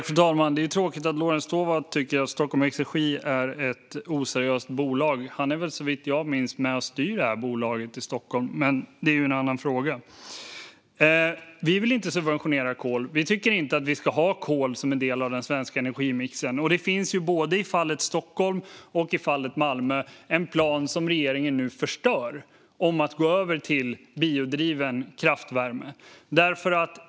Fru talman! Det är tråkigt att Lorentz Tovatt tycker att Stockholm Exergi är ett oseriöst bolag. Han är väl såvitt jag minns med och styr det bolaget i Stockholm, men det är en annan fråga. Vi vill inte subventionera kol. Vi tycker inte att vi ska ha kol som en del av den svenska energimixen. Det finns både i fallet Stockholm och i fallet Malmö en plan, som regeringen nu förstör, om att gå över till biodriven kraftvärme.